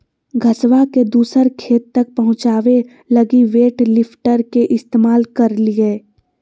घसबा के दूसर खेत तक पहुंचाबे लगी वेट लिफ्टर के इस्तेमाल करलियै